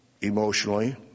emotionally